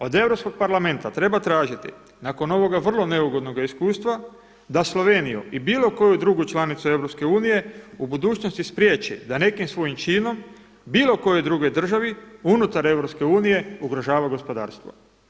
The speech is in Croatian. Od Europskog parlamenta treba tražiti nakon ovoga vrlo neugodnoga iskustva da Sloveniju i bilo koju drugu članicu Europske unije u budućnosti spriječi da neki svojim činom bilo kojoj drugoj državi unutar EU ugrožava gospodarstvo.